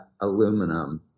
aluminum